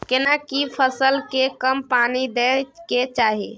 केना सी फसल के कम पानी दैय के चाही?